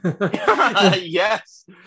Yes